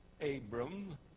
Abram